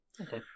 Okay